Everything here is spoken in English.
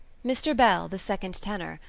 mr. bell, the second tenor,